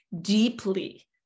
deeply